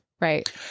Right